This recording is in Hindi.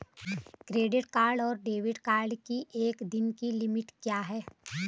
क्रेडिट कार्ड और डेबिट कार्ड की एक दिन की लिमिट क्या है?